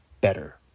better